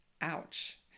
ouch